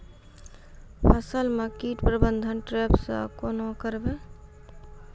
फसल म कीट प्रबंधन ट्रेप से केना करबै?